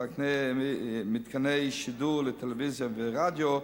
מתקני שידור לטלוויזיה ורדיו,